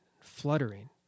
fluttering